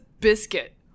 biscuit